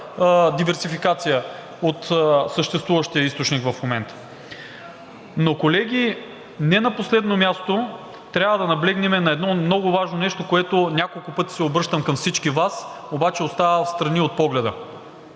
диверсификация от съществуващия източник в момента. Колеги, не на последно място, трябва да наблегнем на едно много важно нещо, с което няколко пъти се обръщам към всички Вас, обаче остава встрани от погледа,